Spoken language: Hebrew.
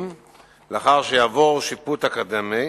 לאחר שיעבור שיפוט אקדמי,